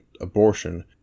abortion